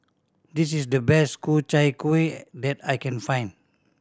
this is the best Ku Chai Kuih that I can find